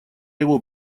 его